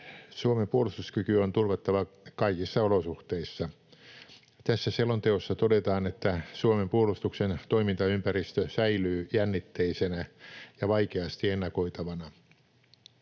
Suomen puolustuskyky on turvattava kaikissa olosuhteissa. Tässä selonteossa todetaan, että Suomen puolustuksen toimintaympäristö säilyy jännitteisenä ja vaikeasti ennakoitavana.